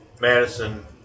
Madison